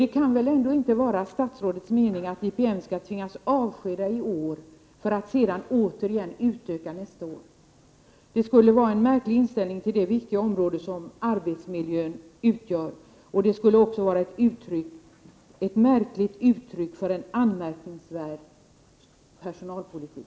Det kan väl inte vara statsrådets mening att IPM skall tvingas avskeda i år för att sedan återigen utöka verksamheten nästa år? Det skulle vara en märklig inställning till det viktiga område som arbetsmiljön utgör, och det skulle också vara ett märkligt uttryck för en anmärkningsvärd personalpolitik.